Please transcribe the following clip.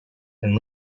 and